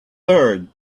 third